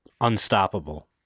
unstoppable